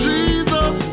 Jesus